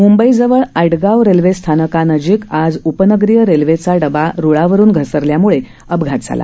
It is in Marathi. मुंबईजवळ अटगाव रेल्वेस्थानका नजीक आज उपनगरीय रेल्वेचा डब्बा रुळावरुन घसरल्यामुळे अपघात झाला